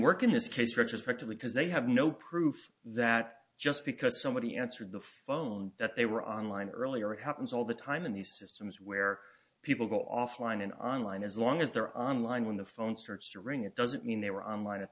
work in this case retrospective because they have no proof that just because somebody answered the phone that they were online earlier it happens all the time in these systems where people go offline and online as long as they're on line when the phone sorts to ring it doesn't mean they were on line at